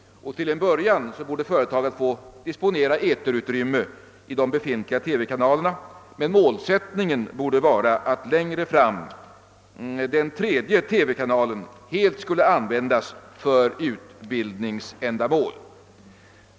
Till en början borde företaget få disponera eterutrymme i de befintliga TV-kanalerna, men målsättningen borde vara att längre fram den tredje TV-kanalen helt skulle användas för utbildningsändamål.